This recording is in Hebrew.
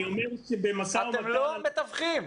אתם לא מתווכחים.